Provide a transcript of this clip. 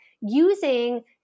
using